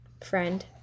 Friend